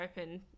open